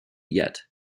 yet